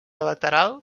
lateral